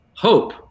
Hope